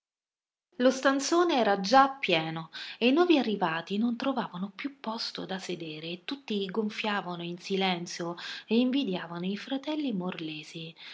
lo stanzone era già pieno e i nuovi arrivati non trovavan più posto da sedere e tutti gonfiavano in silenzio e invidiavano i fratelli morlesi